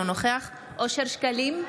אינו נוכח אושר שקלים,